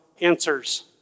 answers